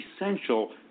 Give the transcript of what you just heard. essential